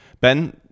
Ben